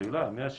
השאלה אם יש